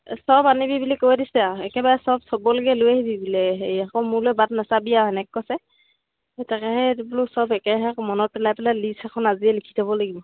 চব আনিবি বুলি কৈ দিছে আৰু একেবাৰে চব চবলৈকে লৈ আহিবি বোলে হেৰি আকৌ মোলৈ বাট নাচাবি আৰু সেনেক কৈছে সেই তাকেহে বোলো চব একেহে আকৌ মনত পেলাই পেলাই লিষ্ট এখন আজিয়ে লিখি থ'ব লাগিব